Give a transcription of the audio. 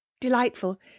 delightful